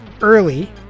early